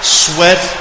sweat